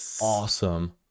awesome